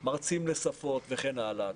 מרצים לשפות וכן הלאה,